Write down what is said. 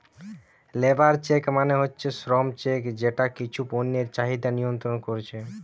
labour check মানে হচ্ছে শ্রম চেক যেটা কিছু পণ্যের চাহিদা নিয়ন্ত্রণ কোরছে